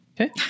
Okay